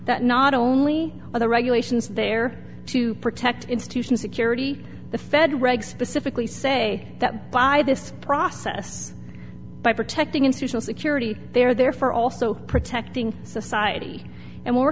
that not only are the regulations there to protect institutions security the fed regs specifically say that by this process by protecting in social security they're there for also protecting society and we're